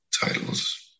titles